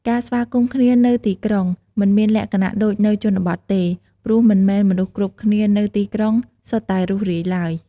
ការស្វាគមន៍គ្នានៅទីក្រុង មិនមានលក្ខណៈដូចនៅជនបទទេ ព្រោះមិនមែនមនុស្សគ្រប់គ្នានៅទីក្រុងសុទ្ធតែរួសរាយឡើយ។